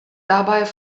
dabei